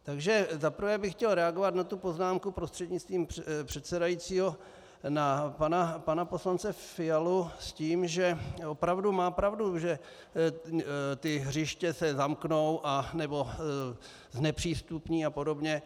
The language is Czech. Takže za prvé bych chtěl reagovat na tu poznámku prostřednictvím předsedajícího na pana poslance Fialu s tím, že opravdu má pravdu, že ta hřiště se zamknou nebo znepřístupní a podobně.